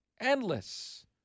endless